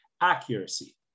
accuracy